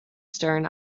stern